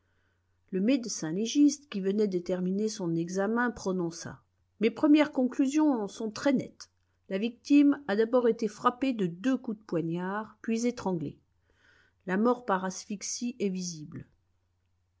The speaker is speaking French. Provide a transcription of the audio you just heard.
le médecin légiste qui venait de terminer son examen prononça mes premières conclusions sont très nettes la victime a d'abord été frappée de deux coups de poignard puis étranglée la mort par asphyxie est visible